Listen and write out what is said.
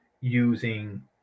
using